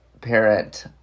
parent